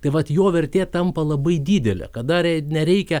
taip vat jo vertė tampa labai didelė kada re nereikia